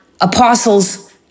apostles